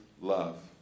love